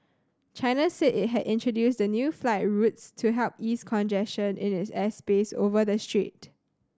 China said it had introduced the new flight routes to help ease congestion in it airspace over the strait